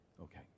Okay